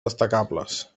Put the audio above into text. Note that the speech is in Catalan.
destacables